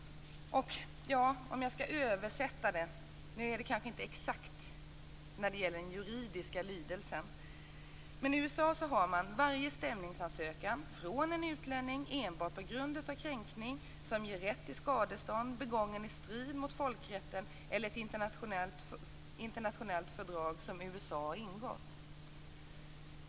Jag skall översätta - nu blir det kanske inte exakt när det gäller den juridiska lydelsen. I USA gäller det här varje stämningsansökan från en utlänning enbart på grund av kränkning som ger rätt till skadestånd, begången i strid mot folkrätten eller ett internationellt fördrag som USA har ingått.